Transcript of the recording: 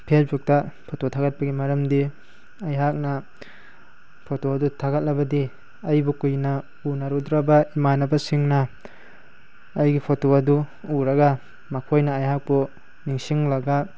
ꯐꯦꯁꯕꯨꯛꯇ ꯐꯣꯇꯣ ꯊꯥꯒꯠꯄꯒꯤ ꯃꯔꯝꯗꯤ ꯑꯩꯍꯥꯛꯅ ꯐꯣꯇꯣꯗꯨ ꯊꯥꯒꯠꯂꯕꯗꯤ ꯑꯩꯕꯨ ꯀꯨꯏꯅ ꯎꯅꯔꯨꯗ꯭ꯔꯕ ꯏꯃꯥꯟꯅꯕꯁꯤꯡꯅ ꯑꯩꯒꯤ ꯐꯣꯇꯣ ꯑꯗꯨ ꯎꯔꯒ ꯃꯈꯣꯏꯅ ꯑꯩꯍꯥꯛꯄꯨ ꯅꯤꯡꯁꯤꯡꯂꯒ